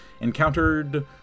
encountered